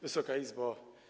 Wysoka Izbo!